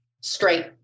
straight